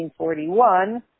1941